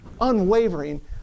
unwavering